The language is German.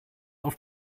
auf